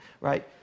right